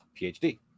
phd